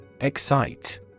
Excite